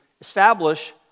establish